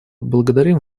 благодарим